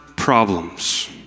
problems